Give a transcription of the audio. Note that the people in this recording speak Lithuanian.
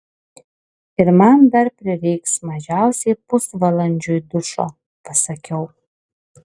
ir man dar prireiks mažiausiai pusvalandžiui dušo pasakiau